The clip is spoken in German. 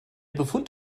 befund